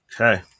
Okay